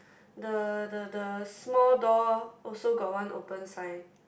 the the the small door also got one open sign